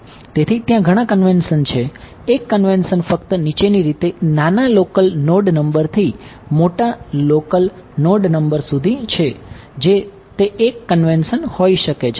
તેથી ત્યાં ઘણા કન્વેન્શન છે એક કન્વેન્શન ફક્ત નીચેની રીતે નાના લોકલ નોડ નંબરથી મોટા લોકલ નોડ નંબર સુધી છે જે તે 1 કન્વેન્શન હોઈ શકે છે